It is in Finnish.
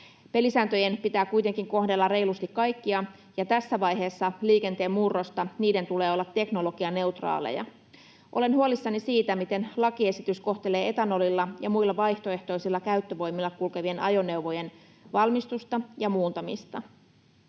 Pelisääntöjen pitää kuitenkin kohdella reilusti kaikkia, ja tässä vaiheessa liikenteen murrosta niiden tulee olla teknologianeutraaleja. Olen huolissani siitä, miten lakiesitys kohtelee etanolilla ja muilla vaihtoehtoisilla käyttövoimilla kulkevien ajoneuvojen valmistusta ja muuntamista.